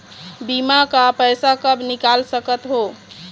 बीमा का पैसा कब निकाल सकत हो?